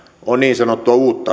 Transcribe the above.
on niin sanottua uutta